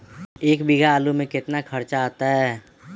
एक बीघा आलू में केतना खर्चा अतै?